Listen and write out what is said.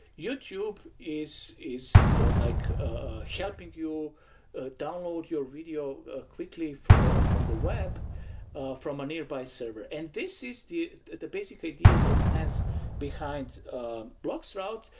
youtube is is like helping you ah download your video quickly from from the web from a nearby server, and this is the the basic idea that stands behind bloxroute,